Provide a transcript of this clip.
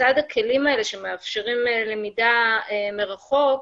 לצד הכלים האלה שמאפשרים למידה מרחוק,